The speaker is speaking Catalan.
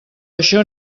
això